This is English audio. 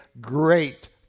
great